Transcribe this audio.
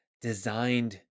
designed